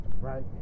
Right